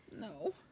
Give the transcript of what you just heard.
No